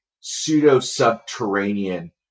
pseudo-subterranean